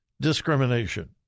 Discrimination